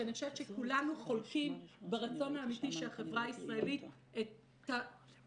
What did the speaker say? שאני חושבת שכולנו חולקים ברצון האמיתי שהחברה הישראלית תחזור,